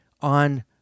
on